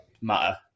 matter